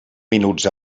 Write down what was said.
minuts